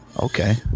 Okay